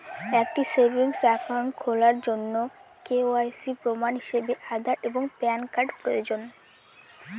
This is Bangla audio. একটি সেভিংস অ্যাকাউন্ট খোলার জন্য কে.ওয়াই.সি প্রমাণ হিসাবে আধার এবং প্যান কার্ড প্রয়োজন